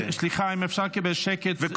האם אפשר לקבל שקט במליאה?